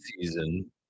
season